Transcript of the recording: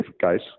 guys